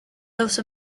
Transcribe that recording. also